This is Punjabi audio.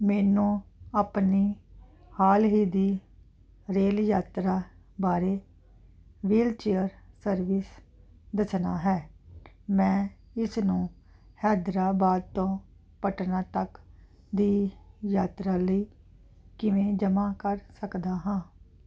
ਮੈਨੂੰ ਆਪਣੀ ਹਾਲ ਹੀ ਦੀ ਰੇਲ ਯਾਤਰਾ ਬਾਰੇ ਵ੍ਹੀਲਚੇਅਰ ਸਰਵਿਸ ਦੱਸਣਾ ਹੈ ਮੈਂ ਇਸ ਨੂੰ ਹੈਦਰਾਬਾਦ ਤੋਂ ਪਟਨਾ ਤੱਕ ਦੀ ਯਾਤਰਾ ਲਈ ਕਿਵੇਂ ਜਮ੍ਹਾਂ ਕਰ ਸਕਦਾ ਹਾਂ